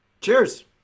Cheers